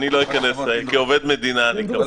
אני מתבייש שאני חבר בקואליציה